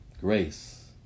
Grace